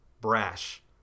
brash